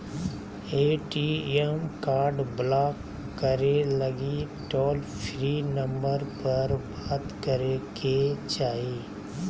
ATM card block करे लगी toll free number पर बात करे के चाही